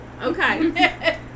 Okay